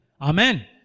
Amen